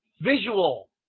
visual